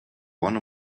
one